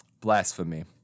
Blasphemy